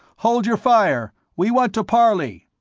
hold your fire, we want to parley.